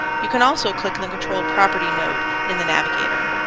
you can also click the controlled property node in the navigator.